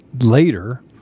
later